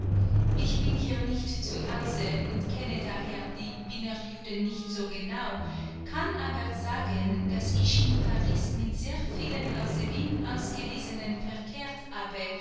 ich bin hier nicht zu hause und kenne daher die wiener juden nicht so genau kann aber sagen daß ich in paris mit sehr vielen aus wien ausgewiesenen verkehrt habe